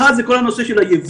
אחת זה כל הנושא של היבוא.